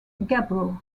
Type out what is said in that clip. gabbro